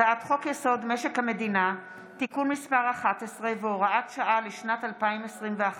הצעת חוק-יסוד: משק המדינה (תיקון מס' 11 והוראת שעה לשנת 2021),